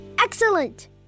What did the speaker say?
Excellent